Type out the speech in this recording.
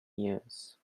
years